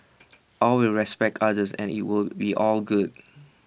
always respect others and IT will be all good